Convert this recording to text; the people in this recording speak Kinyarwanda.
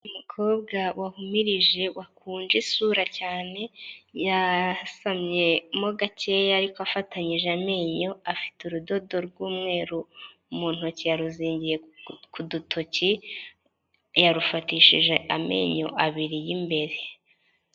Umukobwa wahumirije wakunje isura cyane yasamye mo gakeya ariko afatanyije amenyo, afite urudodo rw'umweru mu ntoki yaruzingiye ku dutoki, yarufatishije amenyo abiri y'imbere.